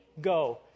Go